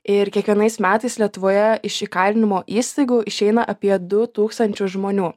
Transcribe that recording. ir kiekvienais metais lietuvoje iš įkalinimo įstaigų išeina apie du tūkstančiu žmonių